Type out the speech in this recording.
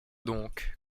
donc